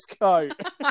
coat